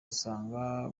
usanga